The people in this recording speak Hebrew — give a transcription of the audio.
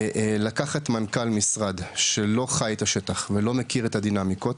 לקחת מנכ"ל משרד שלא חי את השטח ולא מכיר את הדינמיקה,